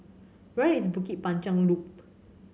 where is Bukit Panjang Loop